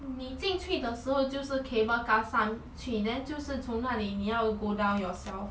你进去的时候就是 cable car 上去 then 就是从那里你要 go down yourself